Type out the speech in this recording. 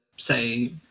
say